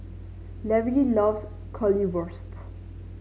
Lary loves Currywurst